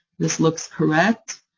this looks correct,